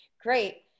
Great